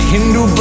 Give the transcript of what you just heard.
Hindu